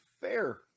fair